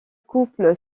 couple